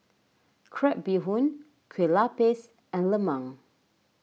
Crab Bee Hoon Kue Lupis and Lemang